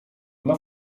dla